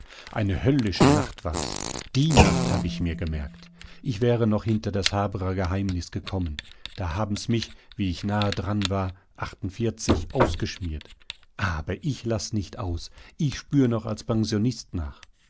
eine höllische nacht war's die nacht hab ich mir gemerkt ich wäre noch hinter das haberer geheimnis gekommen da haben's mich wie ich nahe daran war ausgeschmiert aber ich lass nicht aus ich spür noch als pensionist nach